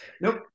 Nope